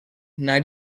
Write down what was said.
naar